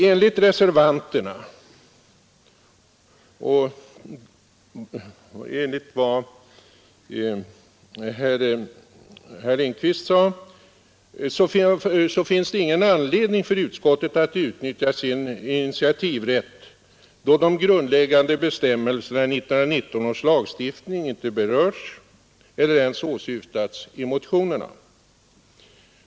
Enligt reservanterna och enligt vad herr Lindkvist sade finns det ingen anledning för utskottet att utnyttja sin initiativrätt, eftersom de grundläggande bestämmelserna i 1919 års lagstiftning inte berörts eller ens åsyftats i motionerna.